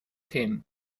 themen